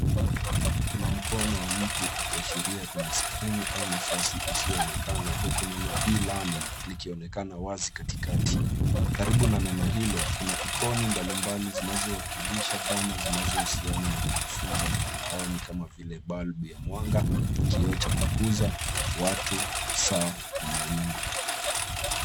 Kuna mkono wa mtu ukiashiria kwenye skrini au nafasi isiyoonekana huku neno E learning likionekana wazi katikati karibu na neno hilo kuna ikoni mbali mbali zinazowakilisha dhana zinazohusiana na kujifunza mtandaoni kama vile bulb ya mwanga ,kioo cha kukuza, watu ,saa na mawingu